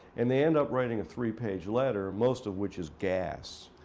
and they end up writing a three-page letter, most of which is gas.